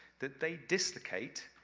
that they dislocate,